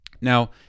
Now